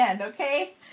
okay